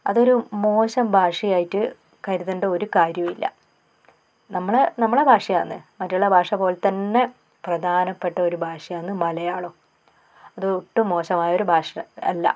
അതൊരു മോശം ഭാഷയായിട്ട് കരുതണ്ട ഒരു കാര്യവുമില്ല നമ്മളെ നമ്മളുടെ ഭാഷയാണ് മറ്റുള്ള ഭാഷപോലെ തന്നെ പ്രധാനപ്പെട്ട ഒരു ഭാഷയാണ് മലയാളവും അത് ഒട്ടും മോശമായ ഒരു ഭാഷയല്ല